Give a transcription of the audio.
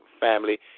family